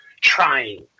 trying